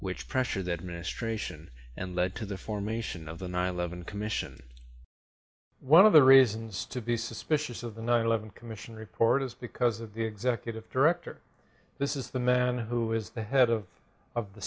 which pressure that ministration and led to the formation of the nine eleven commission one of the reasons to be suspicious of the nine eleven commission report is because of the executive director this is the man who is the head of